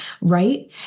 right